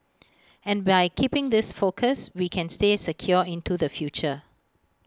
and by keeping this focus we can stay secure into the future